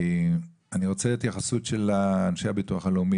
אני רוצה התייחסות של אנשי הביטוח הלאומי